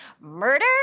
Murder